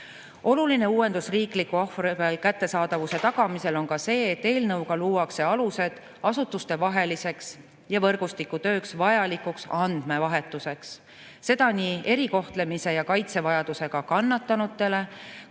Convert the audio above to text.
Oluline uuendus riikliku ohvriabi kättesaadavuse tagamisel on ka see, et eelnõuga luuakse alused asutustevaheliseks ja võrgustiku tööks vajalikuks andmevahetuseks – seda nii erikohtlemise ja kaitse vajadusega kannatanutele,